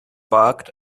balked